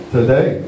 Today